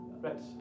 Right